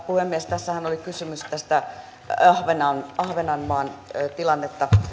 puhemies tässähän oli kysymys näistä ahvenanmaan ahvenanmaan tilannetta